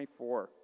24